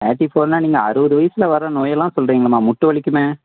thirty ஃபோர்னா நீங்கள் அறுபது வயசில் வர நோயெல்லாம் சொல்கிறீங்களேம்மா மூட்டு வலிக்குமே